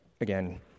again